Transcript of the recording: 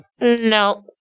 no